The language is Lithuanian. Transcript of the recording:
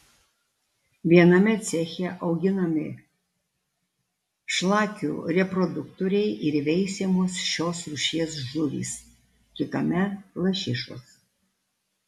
viename ceche auginami šlakių reproduktoriai ir veisiamos šios rūšies žuvys kitame lašišos